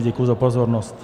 Děkuji za pozornost.